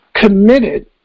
committed